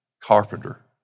carpenter